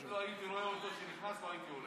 אם לא הייתי רואה אותו כשנכנס, לא הייתי הולך.